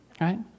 Right